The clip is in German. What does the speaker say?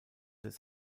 des